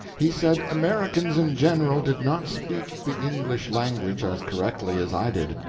he said americans in general did not speak the english language as correctly as i did.